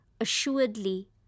assuredly